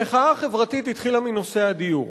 המחאה החברתית התחילה מנושא הדיור,